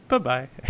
Bye-bye